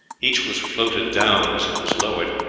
each was floated down as it was lowered,